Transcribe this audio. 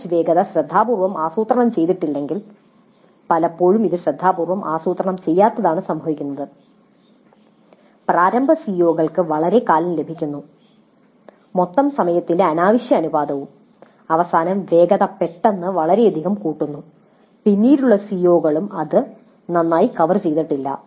കവറേജിന്റെ വേഗത ശ്രദ്ധാപൂർവ്വം ആസൂത്രണം ചെയ്തിട്ടില്ലെങ്കിൽ പലപ്പോഴും ഇത് ശ്രദ്ധാപൂർവ്വം ആസൂത്രണം ചെയ്യാത്തതാണ് സംഭവിക്കുന്നത് പ്രാരംഭ സിഒകൾക്ക് വളരെക്കാലം ലഭിക്കുന്നു മൊത്തം സമയത്തിന്റെ അനാവശ്യ അനുപാതവും അവസാനം വേഗത പെട്ടെന്ന് വളരെയധികം കൂടുന്നു പിന്നീടുള്ള സിഒകളും അത് നന്നായി കവർ ചെയ്യതിട്ടില്ല